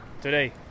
today